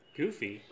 Goofy